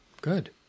good